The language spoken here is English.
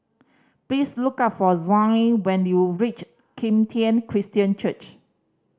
please look for Zion when you reach Kim Tian Christian Church